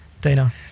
Dana